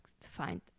find